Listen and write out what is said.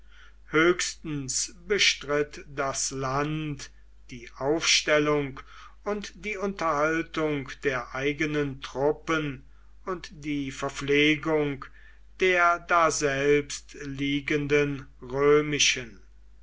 höchstens bestritt das land die aufstellung und die unterhaltung der eigenen truppen und die verpflegung der daselbst liegenden römischen